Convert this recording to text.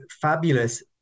fabulous